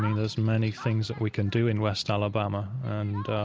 there's many things that we can do in west alabama and